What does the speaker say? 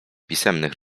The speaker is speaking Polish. pisemnych